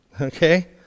okay